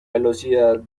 velocidad